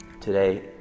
today